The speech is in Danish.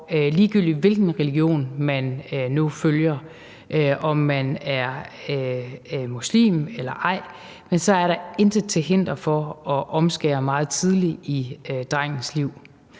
ligegyldigt hvilken religion man nu følger, om man er muslim eller ej, at omskære meget tidligt i drengens liv,